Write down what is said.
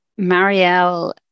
Marielle